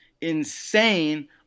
insane